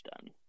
done